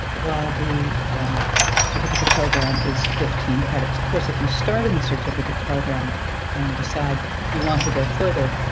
while the certificate program is fifteen credits. of course, if you start in the certificate program and and decide you want to go further,